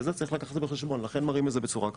ואת זה צריך לקחת בחשבון ולכן מראים את זה בצורה כזאת.